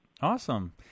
Awesome